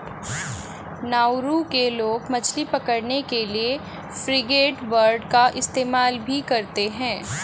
Nauru के लोग मछली पकड़ने के लिए फ्रिगेटबर्ड का इस्तेमाल भी करते हैं